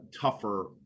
tougher